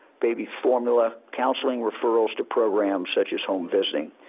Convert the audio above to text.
baby formula, counseling referrals to programs such as home visiting.